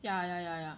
ya ya ya ya